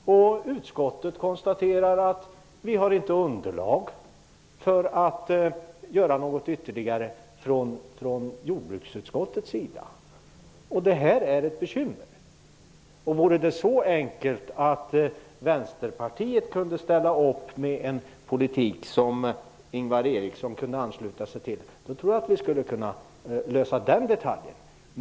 Jordbruksutskottet konstaterar att det inte finns underlag för att göra något ytterligare. Det är ett bekymmer. Om det vore så enkelt att Vänsterpartiet kunde ställa upp med en politik som Ingvar Eriksson kunde ansluta sig till tror jag att vi skulle kunna lösa den detaljen.